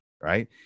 right